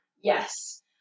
Yes